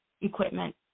equipment